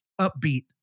upbeat